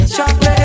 Chocolate